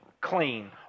clean